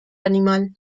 animal